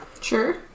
Sure